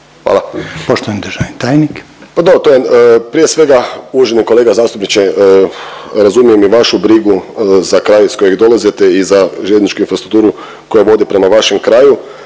(HDZ)** Pa da, to je, prije svega uvaženi kolega zastupniče razumijem i vašu brigu za kraj iz kojeg dolazite i za željezničku infrastrukturu koja vodi prema vašem kraju.